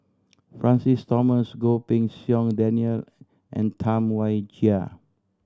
Francis Thomas Goh Pei Siong Daniel and Tam Wai Jia